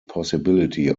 possibility